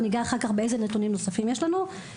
ואגע אחר כך באיזה נתונים נוספים יש לנו,